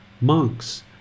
Monks